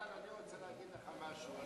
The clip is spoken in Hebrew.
אילן, אני רוצה להגיד לך משהו.